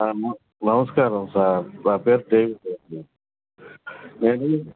నమస్కారం సార్ నా పేరు డేవిడ్ అండి నేను